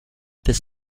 this